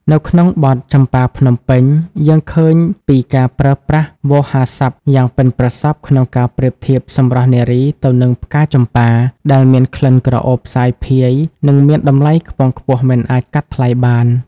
នៅក្នុងបទ "ចំប៉ាភ្នំពេញ" យើងឃើញពីការប្រើប្រាស់វោហារស័ព្ទយ៉ាងប៉ិនប្រសប់ក្នុងការប្រៀបធៀបសម្រស់នារីទៅនឹងផ្កាចំប៉ា ដែលមានក្លិនក្រអូបសាយភាយ និងមានតម្លៃខ្ពង់ខ្ពស់មិនអាចកាត់ថ្លៃបាន។